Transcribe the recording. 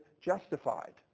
justified